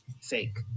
fake